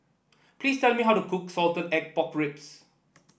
please tell me how to cook Salted Egg Pork Ribs